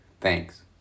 Thanks